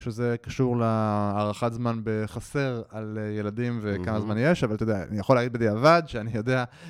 שזה קשור להערכת זמן בחסר על ילדים וכמה זמן יש, אבל אתה יודע, אני יכול להגיד בדיעבד שאני יודע...